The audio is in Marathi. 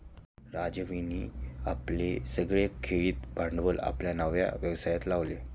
राजीवने आपले सगळे खेळते भांडवल आपल्या नव्या व्यवसायात लावले